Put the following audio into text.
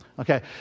Okay